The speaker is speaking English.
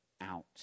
out